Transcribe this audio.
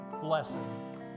blessing